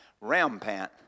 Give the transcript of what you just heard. Rampant